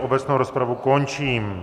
Obecnou rozpravu končím.